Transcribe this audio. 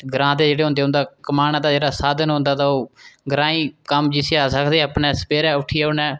ग्रां दे जेह्ड़े होंदे उं'दा कमाना दा जेह्ड़ा साधन होंदा ओह् ग्राईं कम्म जिसी जेह्ड़ा अस आखदे सबेरे उट्ठियै उ'नें